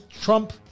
Trump